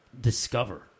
discover